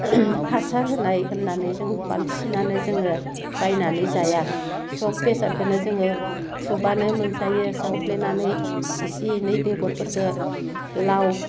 हासार होनाय होननानै जों बांसिनानो जोङो बायनानै जाया सब बेसादखोनो जोङो थुब्लानो मोनजायो जावफ्लेनानै इसि इनै बेगरफोरखो लाव